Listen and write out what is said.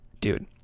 dude